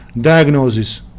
Diagnosis